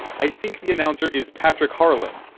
i think the announcer is patrick harlan,